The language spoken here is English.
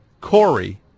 Corey